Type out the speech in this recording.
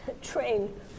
train